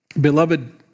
Beloved